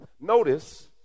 Notice